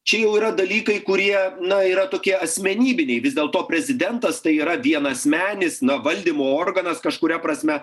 čia jau yra dalykai kurie na yra tokie asmenybiniai vis dėlto prezidentas tai yra vienasmenis na valdymo organas kažkuria prasme